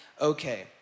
okay